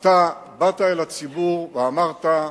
באת אל הציבור ואמרת,